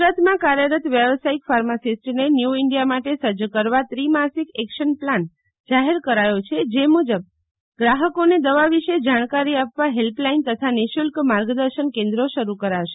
ગુજરાતમાં કાર્યરત વ્યવસાયીક ફાર્માસિસ્ટને ન્યુ ઈન્ડિયા માટે સજ્જ કરવા ત્રિમાસિક એકશન પ્લાન જાહેર કરાયો છે જે મુજબ ગ્રાહકોને દવા વિશે જાણકારી આપવા હેલ્પલાઈન તથા નિઃશુલ્ક માર્ગદર્શન કેન્દ્રો શરૂ કરાશે